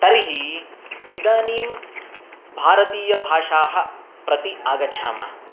तर्हि इदानीम् भारतीयभाषाः प्रति आगच्छामः